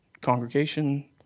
congregation